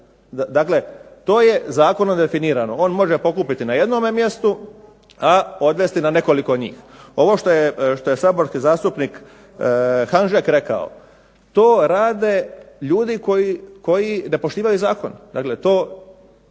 Dakle, to je zakonom definirano. On može pokupiti na jednome mjestu, a odvesti na nekoliko njih. Ovo što je saborski zastupnik Hanžek rekao to rade ljudi koji ne poštivaju zakon.